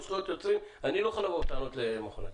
זכויות יוצרים אני לא יכול לבוא בטענות למכון התקנים.